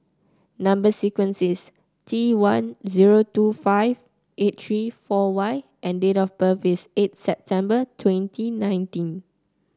number sequence is T one zero two five eight three four Y and date of birth is eight September twenty nineteen